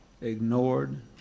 ignored